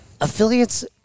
affiliates